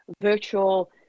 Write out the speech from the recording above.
virtual